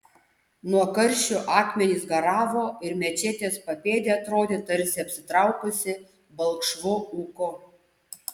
nuo karščio akmenys garavo ir mečetės papėdė atrodė tarsi apsitraukusi balkšvu ūku